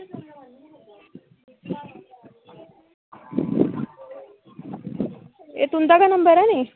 एह् तुंदा गै नंबर ऐ नी